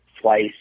twice